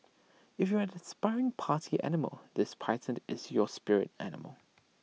if you are the aspiring party animal this python is your spirit animal